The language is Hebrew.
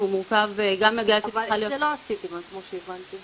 אבל את זה לא עשיתם, כמו שהבנתי.